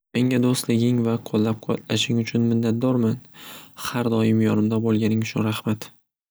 Menga do'stliging va qo'llab quvvatlashing uchun minnatdorman xardoyim yonimda bo'lganing uchun raxmat.